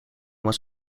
was